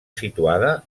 situada